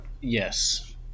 Yes